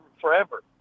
forever